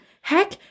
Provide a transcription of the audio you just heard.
Heck